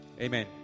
Amen